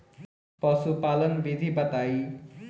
पशुपालन विधि बताई?